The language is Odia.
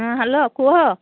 ହଁ ହ୍ୟାଲୋ କୁହ